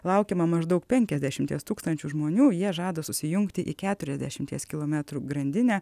laukiama maždaug penkiasdešimties tūkstančių žmonių jie žada susijungti į keturiasdešimties kilometrų grandinę